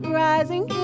rising